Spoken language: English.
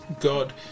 God